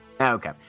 Okay